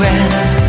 end